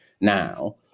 now